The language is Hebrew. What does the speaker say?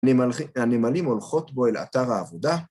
הנמלים הולכות בו אל אתר העבודה.